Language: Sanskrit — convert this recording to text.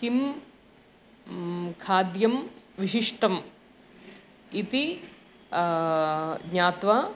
किं खाद्यं विशिष्टम् इति ज्ञात्वा